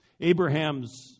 Abraham's